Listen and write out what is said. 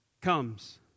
comes